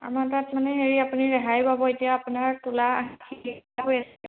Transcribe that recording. আমাৰ তাত মানে হেৰি আপুনি ৰেহাই পাব এতিয়া আপোনাৰ তোলা হৈ আছে